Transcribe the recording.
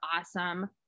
awesome